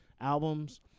albums